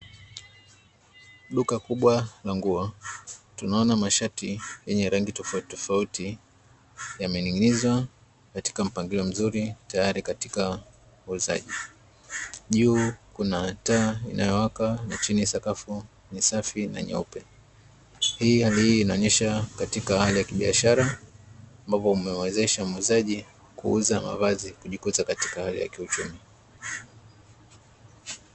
Duka kubwa la nguo. Tunaona mashati yenye rangi tofautitofauti, yamening'inizwa katika mpangilio mzuri tayari katika uuzaji. Juu kuna taa inayowaka na chini sakafu ni safi na nyeupe. Hii hali hii inaonyesha katika hali ya kibiashara, ambapo inamuwezesha muuzaji kuuza mavazi, kujikuza katika hali ya kiuchumi.